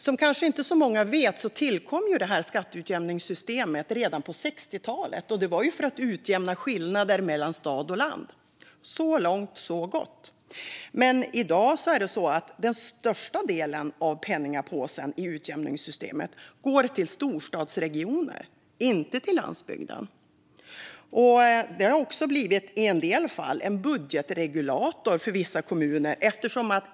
Som kanske inte så många vet tillkom detta skatteutjämningssystem redan på 60-talet. Det var för att utjämna skillnader mellan stad och land. Så långt så gott. Men i dag går den största delen av penningpåsen i utjämningssystemet till storstadsregioner, inte till landsbygden. I en del fall har det också blivit en budgetregulator för vissa kommuner.